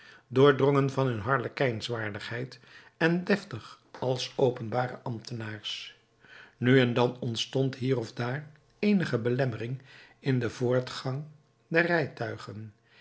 doordrongen van hun harlekijnswaardigheid en deftig als openbare ambtenaars nu en dan ontstond hier of daar eenige belemmering in den voortgang der rijtuigen